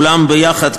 כולן יחד,